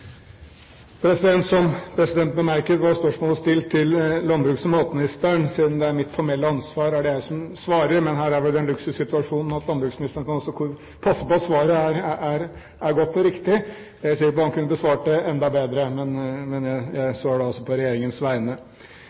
Som presidenten bemerket, var spørsmålet stilt til landbruks- og matministeren. Siden det er mitt formelle ansvar, er det jeg som svarer. Men her er vi i den luksussituasjonen at landbruksministeren også kan passe på at svaret er godt og riktig. Jeg er sikker på at han kunne besvart det enda bedre, men jeg svarer altså på regjeringens vegne.